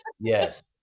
yes